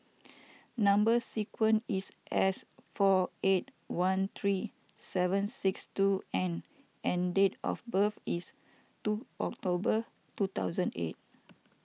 Number Sequence is S four eight one three seven six two N and date of birth is two October two thousand eight